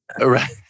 Right